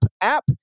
app